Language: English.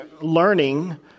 learning